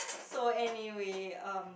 so anyway um